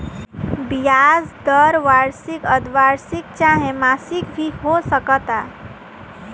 ब्याज दर वार्षिक, अर्द्धवार्षिक चाहे मासिक भी हो सकता